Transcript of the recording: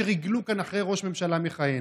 שריגלו כאן אחרי ראש ממשלה מכהן.